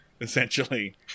essentially